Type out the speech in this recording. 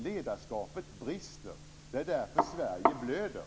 Ledarskapet brister, det är därför Sverige blöder.